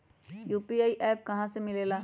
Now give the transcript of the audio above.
UPI का app कहा से मिलेला?